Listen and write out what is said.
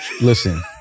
Listen